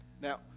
Now